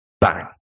bang